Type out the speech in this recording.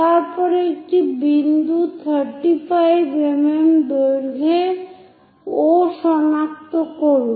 তারপর একটি বিন্দু 35 mm দৈর্ঘ্যে O সনাক্ত করুন